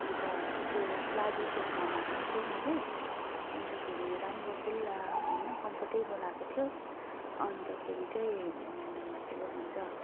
अन्त त्यो प्लाजो सेटमा मगाएको थिएँ मैले अन्तखेरि राम्रो खुल्ला होइन कम्फोर्टेबल आएको थियो अन्तखेरि चाहिँ के पो भन्छ